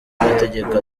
amategeko